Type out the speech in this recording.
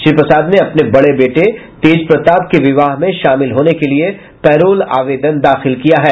श्री प्रसाद ने अपने बड़े बेटे तेज प्रताप के विवाह में शामिल होने के लिए पैरोल आवेदन दाखिल किया है